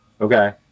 Okay